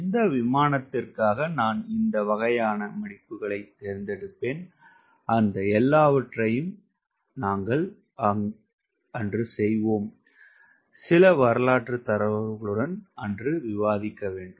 எந்த விமானத்திற்காக நான் இந்த வகையான பிலாப்ஸ் தேர்ந்தெடுப்பேன் அந்த எல்லாவற்றையும் நாங்கள் செய்வோம் சில வரலாற்று தரவுகளுடன் விவாதிக்க வேண்டும்